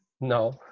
no